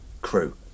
crew